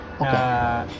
Okay